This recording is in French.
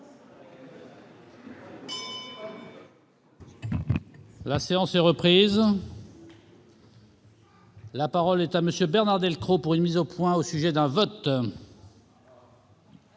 La séance est reprise. La parole est à M. Bernard Delcros, pour une mise au point au sujet d'un vote.